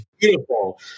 beautiful